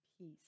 peace